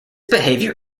behavior